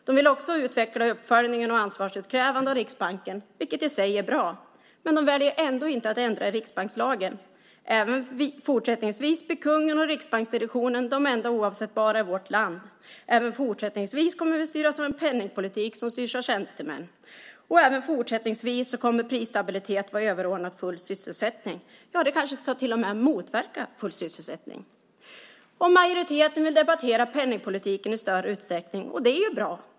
De vill också utveckla uppföljningen och ansvarsutkrävandet av Riksbanken, vilket i sig är bra, men de väljer ändå inte att ändra i riksbankslagen. Även fortsättningsvis blir kungen och riksbanksdirektionen de enda oavsättbara i vårt land. Även fortsättningsvis kommer vi att styras av en penningpolitik som styrs av tjänstemän. Även fortsättningsvis kommer prisstabilitet att vara överordnat full sysselsättning. Ja, det kanske till och med ska motverka full sysselsättning. Majoriteten vill debattera penningpolitiken i större utsträckning, och det är bra.